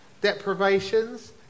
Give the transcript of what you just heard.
Deprivations